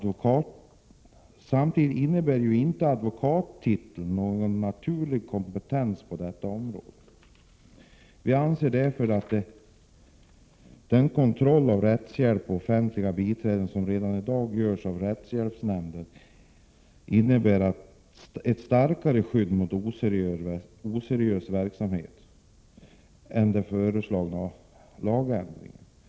Vidare innebär inte advokattiteln någon naturlig kompetens på detta område. Vi anser därför att den kontroll av rättshjälp och offentliga biträden som redan i dag görs av rättshjälpsnämnden innebär ett starkare skydd mot oseriös verksamhet än den föreslagna lagändringen. Herr talman!